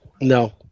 No